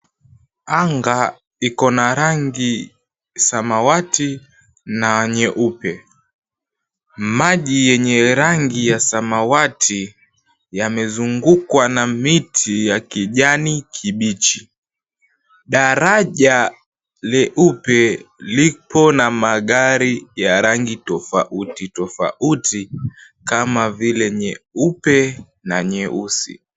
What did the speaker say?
Anga iko na rangi samawati na nyeupe. Maji yenye rangi ya samawati, yamezungukwa na miti ya kijani kibichi. Daraja leupe lipo na magari ya rangi tofauti tofauti kama vile nyeupe na nyeusi.